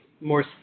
more